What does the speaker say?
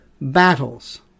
Battles